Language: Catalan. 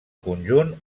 conjunt